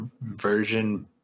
version